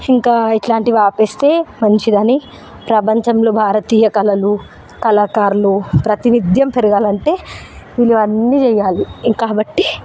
ఇంకా ఇట్లాంటివి ఆపేస్తే మంచిదని ప్రపంచంలో భారతీయ కళాలు కళాకారులు ప్రాతినిధ్యం పెరగాలంటే ఇవన్నీ చెయ్యాలి కాబట్టి